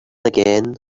again